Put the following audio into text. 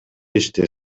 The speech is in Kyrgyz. иште